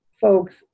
folks